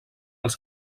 els